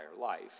life